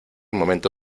momento